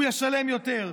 הוא ישלם יותר,